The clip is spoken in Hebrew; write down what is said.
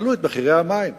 תעלו את מחירי המים.